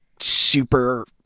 super